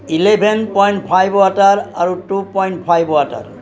eleven point five water আৰু two point five water